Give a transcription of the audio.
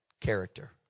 character